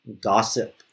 Gossip